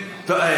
עוד אין,